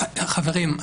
חברים,